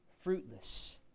fruitless